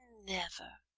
never.